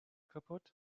kaputt